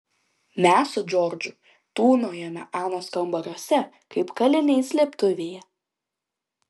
mes su džordžu tūnojome anos kambariuose kaip kaliniai slėptuvėje